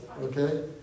Okay